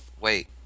wait